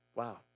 wow